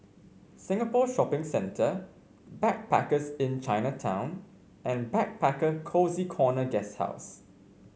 Singapore Shopping Centre Backpackers Inn Chinatown and Backpacker Cozy Corner Guesthouse